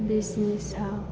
business आ